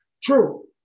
True